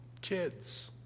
kids